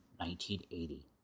1980